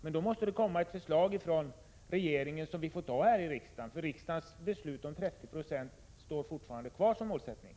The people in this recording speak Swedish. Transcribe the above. Men då måste regeringen komma med ett förslag som vi sedan får besluta om här i riksdagen. Riksdagens beslut om att målsättningen skall vara 30 96 gäller ju fortfarande.